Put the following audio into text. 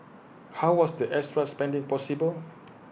how was the extra spending possible